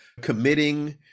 committing